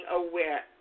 aware